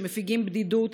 שמפיגים בדידות,